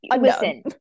listen